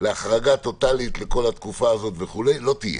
להחרגה טוטלית לכל התקופה הזאת לא תהיה.